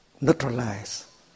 neutralize